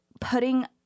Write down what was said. putting